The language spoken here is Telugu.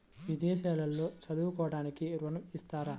విదేశాల్లో చదువుకోవడానికి ఋణం ఇస్తారా?